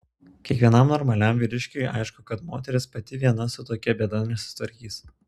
kiekvienam normaliam vyriškiui aišku kad moteris pati viena su tokia bėda nesusitvarkys